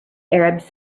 arabs